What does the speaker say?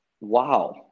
Wow